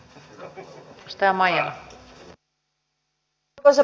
arvoisa puhemies